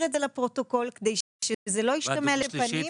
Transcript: את זה לפרוטוקול כדי שזה לא ישתמע לשתי פנים.